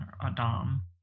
Adam